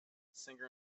singer